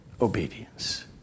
obedience